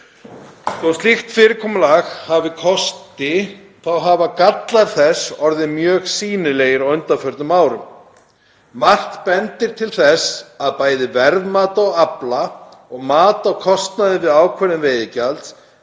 Þótt slíkt fyrirkomulag hafi kosti þá hafa gallar þess orðið mjög sýnilegir á undanförnum árum. Margt bendir til þess að bæði verðmat á afla og mat á kostnaði við ákvörðun veiðigjalds